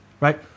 right